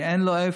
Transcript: כי אין לו לאן,